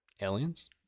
Aliens